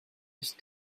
nicht